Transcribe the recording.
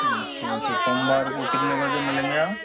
अच्छा तो सोमवार को कितने बजे मिलेंगे आप